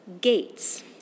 gates